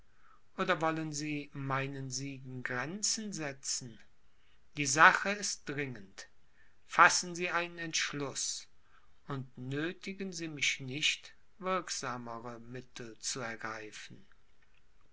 oder wollen sie meinen siegen grenzen setzen die sache ist dringend fassen sie einen entschluß und nöthigen sie mich nicht wirksamere mittel zu ergreifen